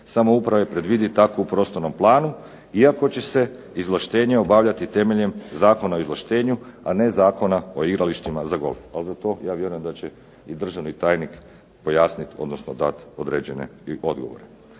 samouprave predvidi tako u prostornom planu iako će se izvlaštenje obavljati temeljem Zakona o izvlaštenju, a ne Zakona o igralištima za golf. Ali za to ja vjerujem da će i državni tajnik pojasniti, odnosno dati određene i odgovore.